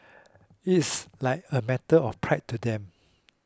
it's like a matter of pride to them